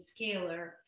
scalar